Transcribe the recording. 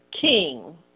King